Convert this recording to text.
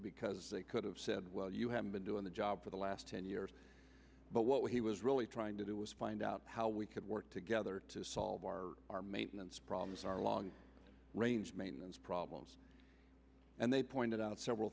because they could have said well you haven't been doing the job for the last ten years but what he was really trying to do was find out how we could work together to solve our our maintenance problems our long range maintenance problems and they pointed out several